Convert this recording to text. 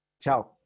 ciao